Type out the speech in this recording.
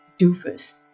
Doofus